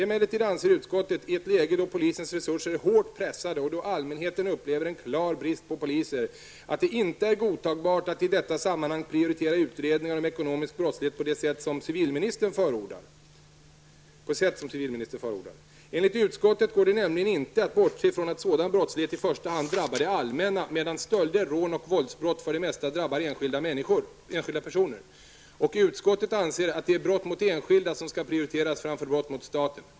Emellertid anser utskottet -- i ett läge då polisens resurser är hårt pressade och då allmänheten upplever en klar brist på poliser -- att det inte är godtagbart att i detta sammanhang prioritera utredningar om ekonomisk brottslighet på sätt som civilministern förordar. Enligt utskottet går det nämligen inte att bortse från att sådan brottslighet i första hand drabbar det allmänna, medan stölder, rån och våldsbrott för det mesta drabbar enskilda personer, och utskottet anser att det är brott mot enskilda som skall prioriteras framför brott mot staten.